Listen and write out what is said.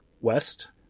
west